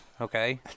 Okay